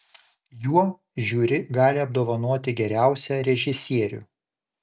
juo žiuri gali apdovanoti geriausią režisierių